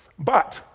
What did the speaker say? but,